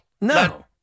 No